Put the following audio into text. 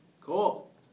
Cool